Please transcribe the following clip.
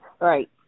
right